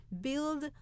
build